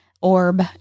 orb